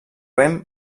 vent